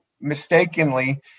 mistakenly